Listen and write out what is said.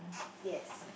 yes